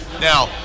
Now